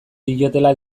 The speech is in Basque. diotela